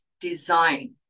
design